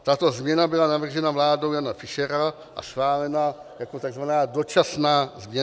Tato změna byla navržena vládou Jana Fischera a schválena jako tzv. dočasná změna.